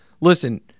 Listen